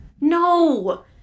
No